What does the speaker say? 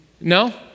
No